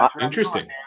Interesting